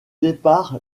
départ